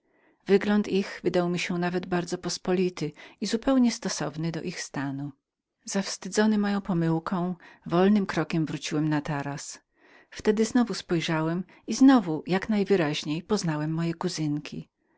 postacie ich wydały mi się nawet bardzo pospolitemi i zupełnie zastosowanemi do ich stanu zawstydzony moją pomyłką wolnym krokiem wróciłem na taras wtedy znowu spojrzałem i znowu jak najwyraźniej poznałem moje kuzynki